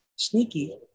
Sneaky